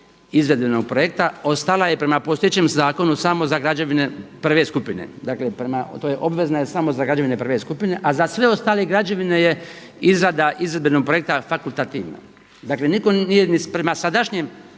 izvedbenog projekta. Ostala je prema postojećem zakonu samo za građevine prve skupine. Dakle, prema toj obvezna je samo za građevine prve skupine, a za sve ostale građevine je izrada izvedbenog projekta fakultativna. Dakle, nitko nije ni prema sadašnjem